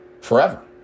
forever